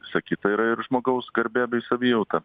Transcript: visa kita yra ir žmogaus garbė bei savijauta